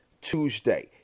Tuesday